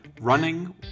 running